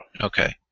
Okay